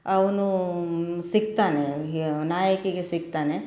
ಅವ್ನು ಸಿಗ್ತಾನೆ ಹೆ ನಾಯಕಿಗೆ ಸಿಗ್ತಾನೆ